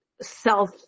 self